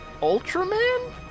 Ultraman